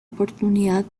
oportunidad